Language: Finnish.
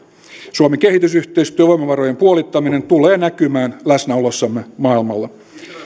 suomen kehitysyhteistyön voimavarojen puolittaminen tulee näkymään läsnäolossamme maailmalla